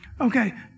Okay